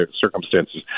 circumstances